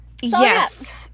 Yes